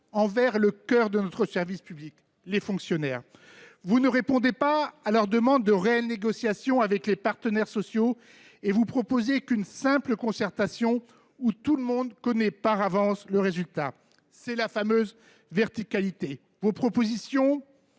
envers le cœur de notre service public, les fonctionnaires. Vous ne répondez pas à leur demande d’ouvrir de réelles négociations avec les partenaires sociaux, puisque vous ne proposez qu’une simple concertation, dont chacun connaît par avance le résultat : c’est la fameuse verticalité ! Vos propositions ?